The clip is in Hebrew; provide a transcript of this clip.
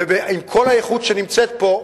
ועם כל האיכות שנמצאת פה,